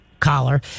collar